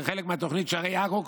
כחלק מתוכנית שערי עכו,